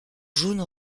jaunes